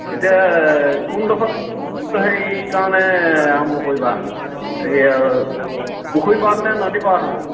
এতিয়া কোনডোখৰত হেৰি কাৰণে আৰম্ভ কৰিবা এই পুখুৰী পাৰতনে নদী পাৰত হ'ব